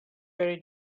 very